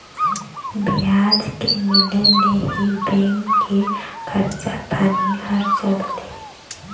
बियाज के मिले ले ही बेंक के खरचा पानी ह चलथे